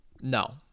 No